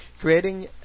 Creating